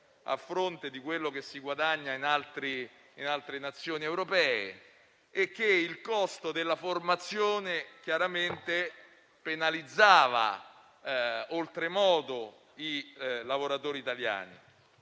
a fronte di quanto si guadagna in altre nazioni europee. Il costo della formazione chiaramente penalizza oltremodo i lavoratori italiani.